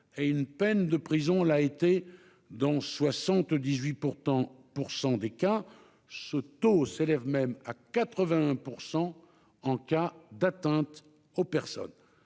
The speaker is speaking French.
et une peine de prison l'a été dans 78 % des cas ; ce taux s'élève même à 81 % pour les cas d'atteinte aux personnes.